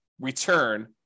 return